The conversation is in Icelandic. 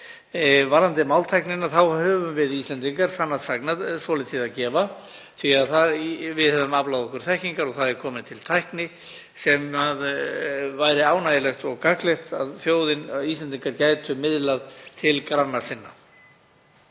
Varðandi máltæknina þá höfum við Íslendingar sannast sagna svolítið að gefa, því að við höfum aflað okkur þekkingar og það er komin til tækni sem væri ánægjulegt og gagnlegt að Íslendingar gætu miðlað til granna sinna.